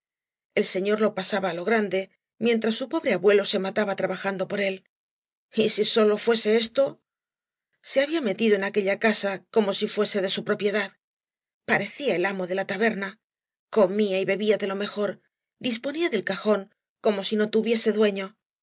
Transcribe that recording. el señor lo pasaba á lo grande mientras su pobre abuelo se mataba trabajando por él y si sólo fuese esto se había metido en aquella casa como si fuese de su propiedad parecía el amo de la taberna comía y bbía de lo mejor disponía del cajón como sí no uviese duefio